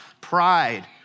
Pride